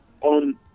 on